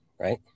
right